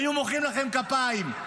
היו מוחאים לכם כפיים.